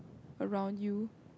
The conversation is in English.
around you